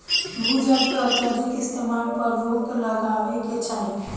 भू जल के अत्यधिक इस्तेमाल पर रोक लागे के चाही